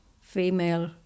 female